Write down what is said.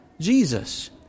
Jesus